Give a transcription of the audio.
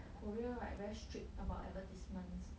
Korea right very strict about advertisements